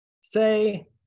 Say